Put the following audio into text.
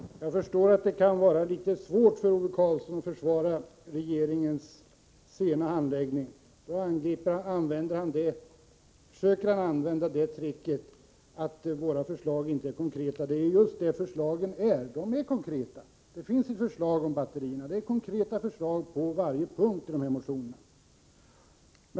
Fru talman! Jag förstår att det kan vara litet svårt för Ove Karlsson att försvara regeringens långsamma handläggning. Han försöker använda tricket att våra förslag inte skulle vara konkreta. Det är just det förslagen är — konkreta. Det finns ju förslag om batterier. Det finns konkreta förslag på varje punkt i motionerna.